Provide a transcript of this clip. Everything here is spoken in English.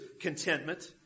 contentment